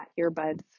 earbuds